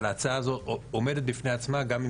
אבל ההצעה הזאת עומדת בפני עצמה גם אם